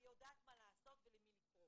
היא יודעת מה לעשות ולמי לקרוא.